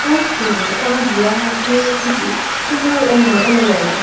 বহু দূরে আমার জেলার মধ্যে ঠিকই কিন্তু অন্য অন্য জায়গায়